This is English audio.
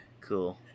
Cool